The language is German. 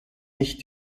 nicht